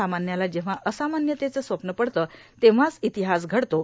सामान्याला जेव्हा असामान्यतेचे स्वप्न पडते तेव्हाच इतिहास घडतो